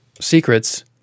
secrets